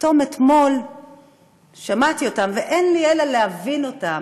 פתאום אתמול שמעתי אותם, ואין לי אלא להבין אותם,